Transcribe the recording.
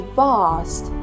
vast